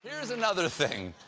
here's another thing.